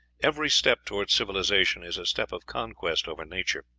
every step toward civilization is a step of conquest over nature.